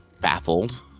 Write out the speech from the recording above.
baffled